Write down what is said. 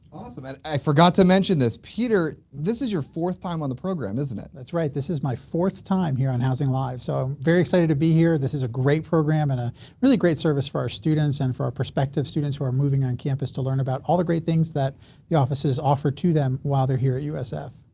awesome i forgot to mention this peter this is your fourth time on the program isn't it? that's right! this is my fourth time here on housing live, so very excited to be here this is a great program and a really great service for our students and for our prospective students who are moving on campus to learn about all the great things that the offices offer to them while they're here at usf!